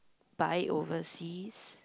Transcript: buy overseas